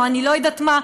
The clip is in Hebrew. או אני לא יודעת מה,